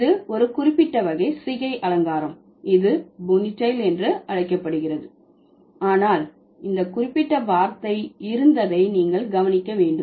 இது ஒரு குறிப்பிட்ட வகை சிகை அலங்காரம் இது போனிடெயில் என்று அழைக்கப்படுகிறது ஆனால் இந்த குறிப்பிட்ட வார்த்தை இருந்ததை நீங்கள் கவனிக்க வேண்டும்